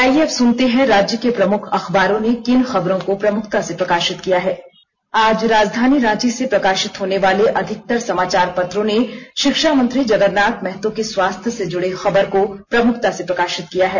और आईये अब सुनते हैं राज्य के प्रमुख अखबारों ने किन खबरों को प्रमुखता से प्रकाशित किया है आज राजधानी रांची से प्रकाशित होनेवाले अधिकतर समाचार पत्रों ने शिक्षा मंत्री जगरनाथ महतो के स्वास्थ से जुड़ी खबर को प्रमुखता से प्रकाशित किया है